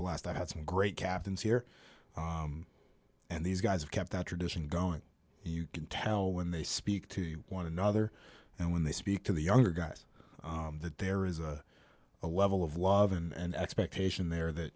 blessed that has been great captains here and these guys have kept that tradition going and you i can tell when they speak to one another and when they speak to the younger guys that there is a a level of love and expectation there that